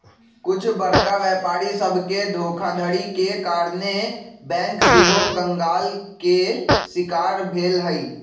कुछ बरका व्यापारी सभके धोखाधड़ी के कारणे बैंक सेहो कंगाल के शिकार भेल हइ